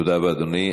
תודה רבה, אדוני.